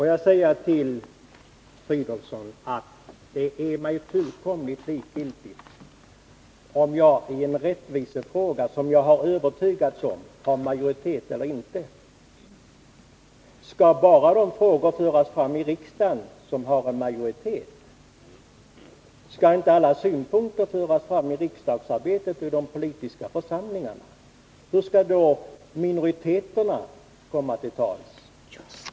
Jag vill säga till herr Fridolfsson att det är mig fullständigt likgiltigt, om jag i en rättvisefråga där jag hyser en övertygelse har en majoritet bakom mig eller inte. Skall vi i riksdagen föra fram bara de frågor som har en majoritet bakom sig? Skall inte alla synpunkter föras fram i riksdagsarbetet och i andra politiska församlingar? Hur skall då minoriteterna komma till tals?